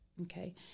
Okay